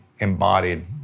embodied